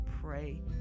pray